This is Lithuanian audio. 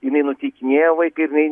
jinai nuteikinėja vaiką ir jinai